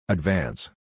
Advance